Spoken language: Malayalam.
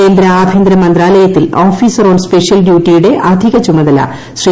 കേന്ദ്ര ആഭ്യന്തരമന്ത്രാലയത്തിൽ ഓഫീസർ ഓൺ സ്പെഷ്യൽ ഡ്യൂട്ടിയുടെ അധികചുമതല ശ്രീ